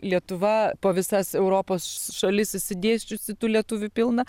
lietuva po visas europos šalis išsidėsčiusi tų lietuvių pilna